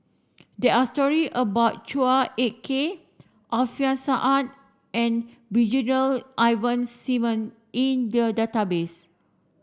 there are story about Chua Ek Kay Alfian Sa'at and Brigadier Ivan Simson in the database